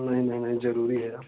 नहीं नहीं नहीं जरूरी है या